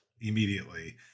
immediately